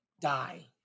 die